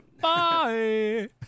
Bye